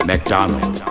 McDonald